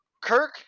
Kirk